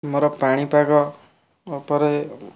ଆମର ପାଣିପାଗ ପରେ